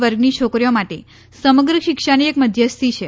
વર્ગની છોકરીઓ માટે સમગ્ર શિક્ષાની એક મધ્યસ્થી છે